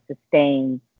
sustain